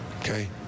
okay